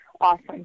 awesome